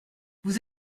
vous